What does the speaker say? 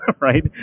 right